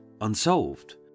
unsolved